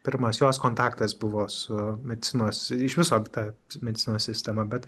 pirmas jos kontaktas buvo su medicinos iš viso ta medicinos sistema bet